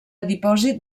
dipòsit